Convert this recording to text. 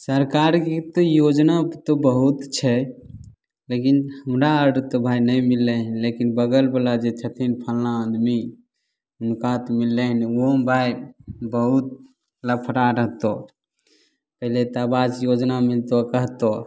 सरकारके एतेक योजना तऽ बहुत छै लेकिन हमरा आर तऽ भाइ नहि मिललै हय लेकिन बगल बला जे छथिन फलना आदमी हुनका तऽ मिललै हय ओहोमे भाइ बहुत लफड़ा रहतौ पहिले तऽ आबास योजना मिलतै कहतहुँ